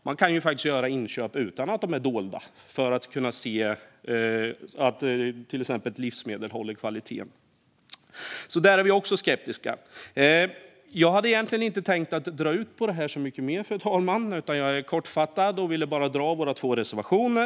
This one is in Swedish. Man kan ju faktiskt göra inköp utan att de är dolda för att se att exempelvis ett livsmedel håller rätt kvalitet. Här är vi alltså skeptiska. Jag hade egentligen inte tänkt dra ut på detta så mycket mer, fru talman. Jag är kortfattad och ville bara dra våra två reservationer.